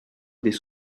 des